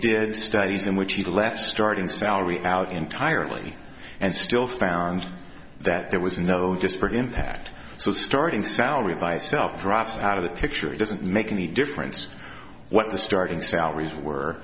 did studies in which he left starting salary out entirely and still found that there was no disparate impact so starting salary by itself drops out of the picture it doesn't make any difference what the starting salaries were